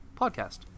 podcast